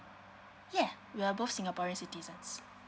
yeah we are both singaporean citizens